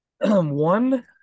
One